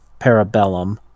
Parabellum